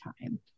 time